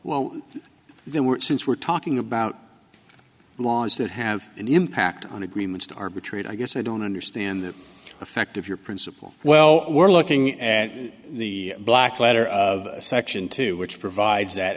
well there were since we're talking about laws that have an impact on agreements to arbitrate i guess i don't understand the effect of your principle well we're looking at the black letter of section two which provides that